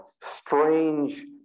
strange